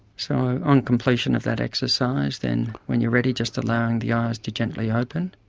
so on completion of that exercise then when you're ready just allowing the eyes to gently open